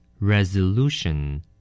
Resolution